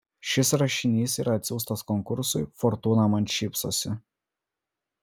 šis rašinys yra atsiųstas konkursui fortūna man šypsosi